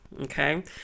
Okay